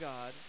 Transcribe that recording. God